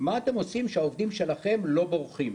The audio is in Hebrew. "מה אתם עושים שהעובדים שלכם לא בורחים?".